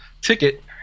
ticket